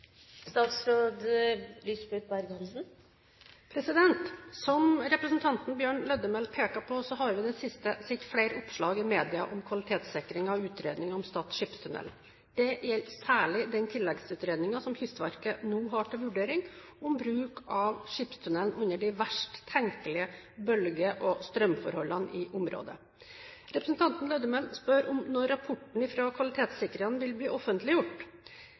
Som representanten Bjørn Lødemel peker på, har vi i det siste sett flere oppslag i media om kvalitetssikringen av utredningen om Stad skipstunnel. Dette gjelder særlig den tilleggsutredningen som Kystverket nå har til vurdering om bruk av skipstunnelen under de verst tenkelige bølge- og strømforholdene i området. Representanten Lødemel spør om når rapporten fra kvalitetssikrerne vil bli